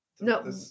No